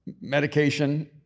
medication